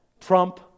trump